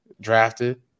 drafted